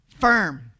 firm